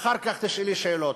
ואחר כך תשאלי שאלות.